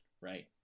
right